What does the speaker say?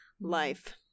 life